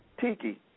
Tiki